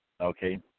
Okay